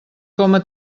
coma